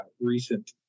recent